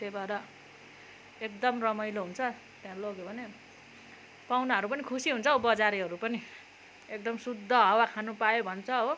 त्यही भएर एकदम रमाइलो हुन्छ त्यहाँ लग्यो भने पाहुनाहरू पनि खुसी हुन्छ हौ बजारेहरू पनि एकदम शुद्ध हावा खानु पायो भन्छ हो